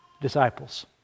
disciples